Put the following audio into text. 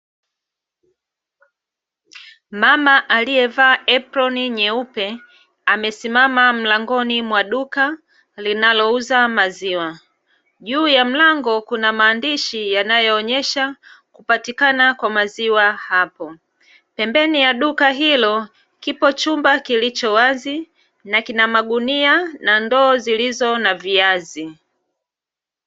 Mama aliyevaa eproni nyeupe, amesimama mlangoni mwa duka linalouza maziwa. Juu ya mlango kuna maandishi yanayoonyesha kupatikana kwa maziwa hapo. Pembeni ya duka hilo kipo chumba kilicho wazi na kina magunia na ndoo zilizo na viazi.